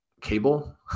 cable